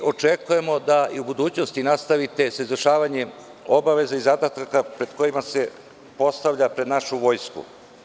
Očekujemo da u budućnosti nastavite sa izvršavanjem obaveza i zadataka koji se postavljaju pred našu vojsku.